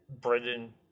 Britain